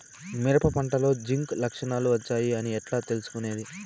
మిరప పంటలో జింక్ లక్షణాలు వచ్చాయి అని ఎట్లా తెలుసుకొనేది?